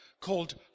called